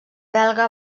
belga